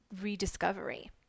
rediscovery